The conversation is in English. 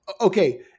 okay